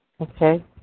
Okay